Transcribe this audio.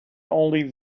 only